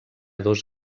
dos